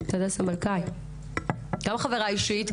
היא גם חברה אישית,